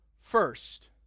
First